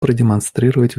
продемонстрировать